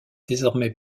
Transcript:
désormais